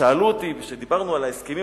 שאלו אותי, כשדיברנו על ההסכמים